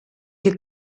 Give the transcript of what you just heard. che